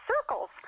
circles